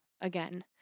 again